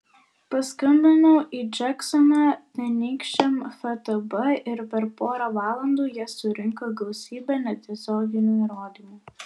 paskambinau į džeksoną tenykščiam ftb ir per porą valandų jie surinko gausybę netiesioginių įrodymų